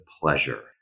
pleasure